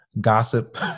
gossip